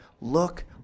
look